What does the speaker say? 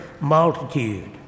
multitude